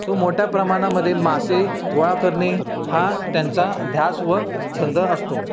so मोठ्या प्रमाणामध्ये मासे गोळा करणे हा त्यांचा ध्यास व छंद असतो